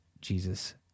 Jesus